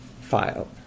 file